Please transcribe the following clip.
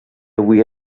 avui